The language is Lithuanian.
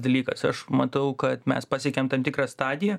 dalykas aš matau kad mes pasiekėm tam tikrą stadiją